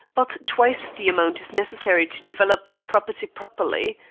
but twice the amount is necessary to develop the property properly.